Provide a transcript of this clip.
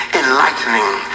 enlightening